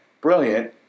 brilliant